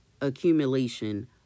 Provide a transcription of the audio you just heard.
accumulation